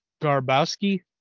Garbowski